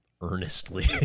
earnestly